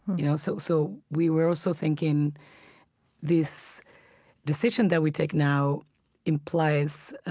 you know so so we were also thinking this decision that we take now implies